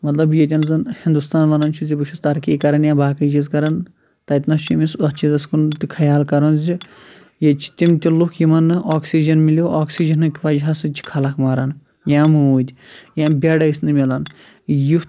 مطلب ییٚتیٚن زَن ہنٛدوستان وَنان چھُ زِ بہٕ چھُس ترقی کران یا باقٕے چیٖز کَران تَتہِ نَس چھُ أمِس اَتھ چیٖزَس کُن تہِ خیال کَرُن زِ ییٚتہِ چھِ تِم تہِ لوٗکھ یِمَن نہٕ آکسیٖجَن مِلیٛو آکسیٖجَنٕکۍ وجہ سۭتۍ چھِ خلق مران یا موٗدۍ یا بیٚڈ ٲسۍ نہٕ میلان یُتھ